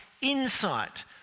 insight